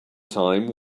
time